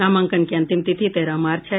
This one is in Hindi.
नामांकन की अंतिम तिथि तेरह मार्च है